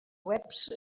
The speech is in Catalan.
webs